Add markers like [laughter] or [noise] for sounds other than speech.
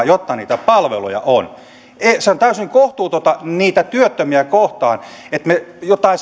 [unintelligible] jotta niitä palveluja on on täysin kohtuutonta niitä työttömiä kohtaan että me jotain [unintelligible]